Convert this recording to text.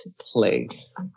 place